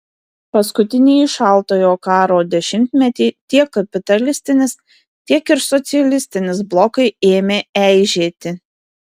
paskutinįjį šaltojo karo dešimtmetį tiek kapitalistinis tiek ir socialistinis blokai ėmė eižėti